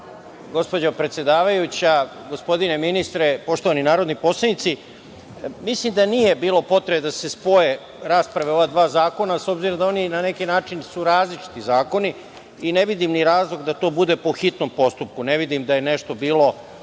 se. Gospođo predsedavajuća, gospodine ministre, poštovani narodni poslanici, mislim da nije bilo potrebe da se spoje rasprave o ova dva zakona, s obzirom da oni na neki način su različiti zakoni i ne vidim ni razlog da to bude po hitnom postupku, ne vidim da je nešto bilo